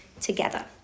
together